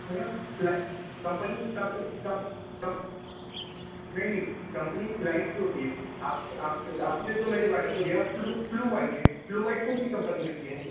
है ना fly company कंपन कंप कंप नहीं नहीं कंपनी फ्लाइट की होती है आप आप आपने जो मेरी वाइफ को दिया फ्लू फ्लू व्हाइट है फ्लू व्हाइट कौन सी कंपनी होती है